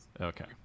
Okay